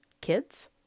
kids